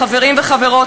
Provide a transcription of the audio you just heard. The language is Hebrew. חברים וחברות,